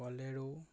Bolero